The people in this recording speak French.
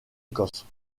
écosse